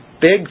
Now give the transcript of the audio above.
Big